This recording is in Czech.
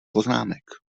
poznámek